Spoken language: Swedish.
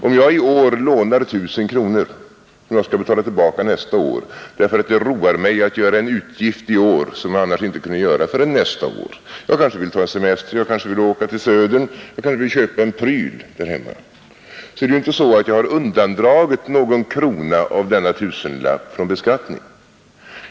Om jag i år lånar 1 000 kronor, som jag skall betala tillbaka nästa år, därför att det roar mig att göra en utgift i år som jag annars inte kunde göra förrän nästa år — jag kanske vill ta en semester, jag kanske vill åka till Södern, jag kanske vill köpa en pryl — är det inte så att jag har undandragit någon krona av denna tusenlapp från beskattning.